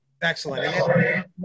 Excellent